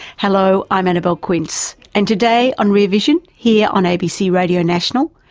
hello, i'm annabelle quince and today on rear vision, here on abc radio national,